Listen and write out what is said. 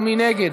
מי נגד?